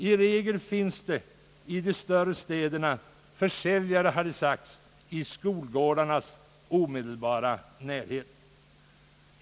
I regel finns det, har det sagts, i de större städerna försäljare i skolgårdarnas omedelbara närhet.